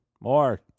More